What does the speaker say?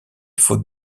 faute